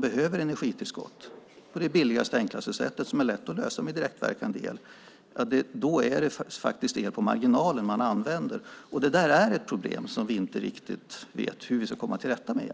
behöver energitillskott på det billigaste och enklaste sättet som är lätt att lösa med direktverkande el är det el på marginalen man använder. Det är ett problem som vi inte riktigt vet hur vi ska komma till rätta med.